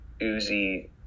Uzi